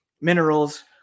minerals